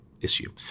issue